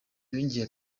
yongeye